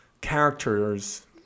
characters